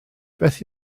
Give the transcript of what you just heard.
beth